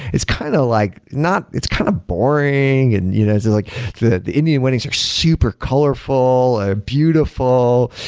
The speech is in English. it's kind of like not it's kind of boring, and you know it's it's like the the indian weddings are super colorful, ah beautiful,